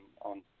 on